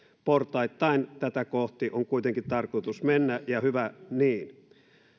portaittain tätä kohti on kuitenkin tarkoitus mennä ja hyvä niin